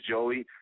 Joey